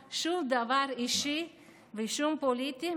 ואין כאן שום דבר אישי ושום דבר פוליטי.